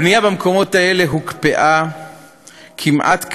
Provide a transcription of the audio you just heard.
הבנייה במקומות האלה הוקפאה כמעט כליל,